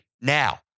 Now